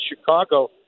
Chicago